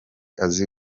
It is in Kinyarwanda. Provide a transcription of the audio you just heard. azi